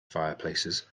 fireplaces